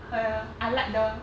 her I like the